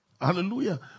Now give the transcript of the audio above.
Hallelujah